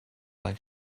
like